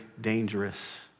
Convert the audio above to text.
dangerous